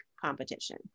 competition